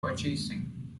purchasing